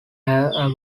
model